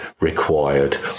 required